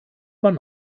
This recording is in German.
man